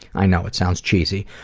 i know it sounds cheesy,